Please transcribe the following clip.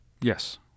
Yes